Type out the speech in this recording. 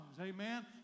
amen